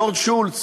ג'ורג' שולץ,